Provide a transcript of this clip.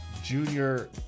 Junior